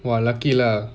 !wah! lucky lah